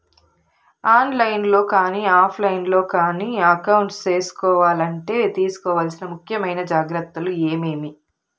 On line లో కానీ offline లో కానీ అకౌంట్ సేసుకోవాలంటే తీసుకోవాల్సిన ముఖ్యమైన జాగ్రత్తలు ఏమేమి?